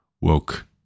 woke